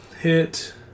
hit